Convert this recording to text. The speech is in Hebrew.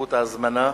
וחשיבות ההזמנה.